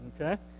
okay